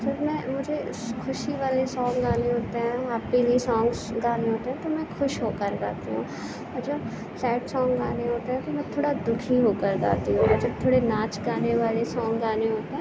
جب میں مجھے خوشی والے سانگ گانے ہوتے ہیں ہیپینیس سانگ گانے ہوتے ہیں تو میں خوش ہوکر گاتی ہوں اور جب سیڈ سانگ گانے ہوتے ہیں تو میں تھوڑا دُكھی ہو كر گاتی ہوں اور جب تھوڑے ناچ گانے والے سانگ گانے ہوتے ہیں